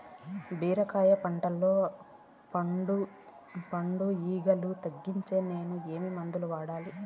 బీరకాయ పంటల్లో పండు ఈగలు తగ్గించేకి నేను ఏమి మందులు వాడాలా?